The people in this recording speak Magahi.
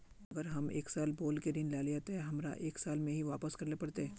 अगर हम एक साल बोल के ऋण लालिये ते हमरा एक साल में ही वापस करले पड़ते?